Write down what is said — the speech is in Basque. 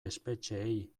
espetxeei